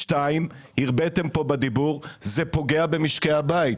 דבר שני, הרביתם פה בדיבור שזה פוגע במשקי הבית.